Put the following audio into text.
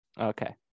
Okay